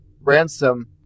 Ransom